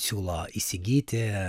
siūlo įsigyti